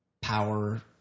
power